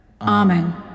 Amen